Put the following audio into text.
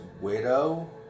widow